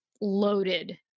loaded